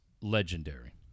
legendary